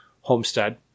homestead